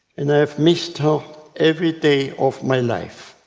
and i have missed her every day of my life.